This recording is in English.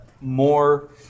more